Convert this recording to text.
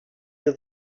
you